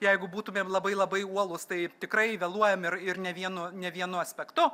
jeigu būtumėm labai labai uolus tai tikrai vėluojam ir ir ne vienu ne vienu aspektu